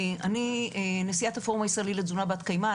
אני נשיאת הפורום הישראלי לתזונה בת-קיימא.